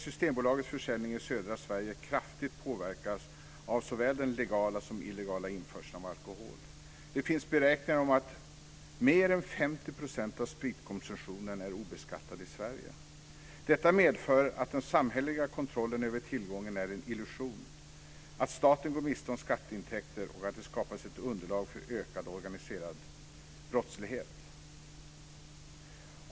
Systembolagets försäljning i södra Sverige påverkas kraftigt av såväl den legala som den illegala införseln av alkohol. Det finns beräkningar om att mer än 50 % av spritkonsumtionen är obeskattad i Sverige. Detta medför att den samhälleliga kontrollen över tillgången är en illusion, att staten går miste om skatteintäkter och att det skapas ett underlag för ökad organiserad brottslighet.